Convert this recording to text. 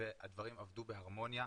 והדברים עבדו בהרמוניה.